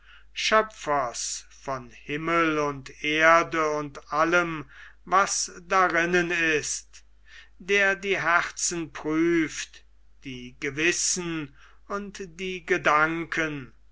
schöpfers von himmel und erde und allem was darinnen ist der die herzen prüft die gewissen und die gedanken